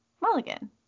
Mulligan